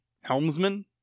helmsman